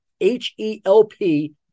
H-E-L-P